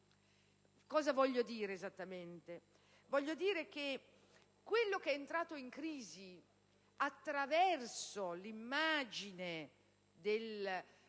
Cosa voglio dire esattamente? Voglio dire che quello che è entrato in crisi attraverso l'immagine della